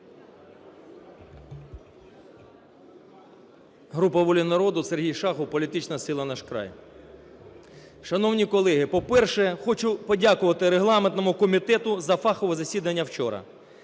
Група "Воля народу", Сергій Шахов, політична сила "Наш край". Шановні колеги, по-перше, хочу подякувати регламентному комітету за фахове засідання вчора.